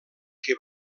que